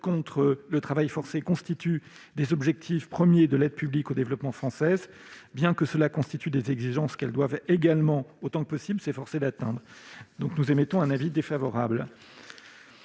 contre le travail forcé sont des objectifs premiers de l'aide publique au développement française, bien qu'elles constituent des exigences que l'APD doit également, autant que possible, s'efforcer d'atteindre. L'avis de la commission est défavorable.